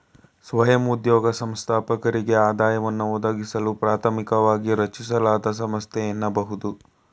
ಸ್ವಯಂ ಉದ್ಯೋಗ ಸಂಸ್ಥಾಪಕರಿಗೆ ಆದಾಯವನ್ನ ಒದಗಿಸಲು ಪ್ರಾಥಮಿಕವಾಗಿ ರಚಿಸಲಾದ ಸಂಸ್ಥೆ ಎನ್ನಬಹುದು